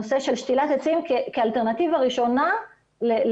נושא של שתילת עצים כאלטרנטיבה ראשונה להצללה.